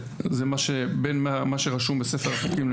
בין מה שרשום בספר החוקים,